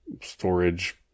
storage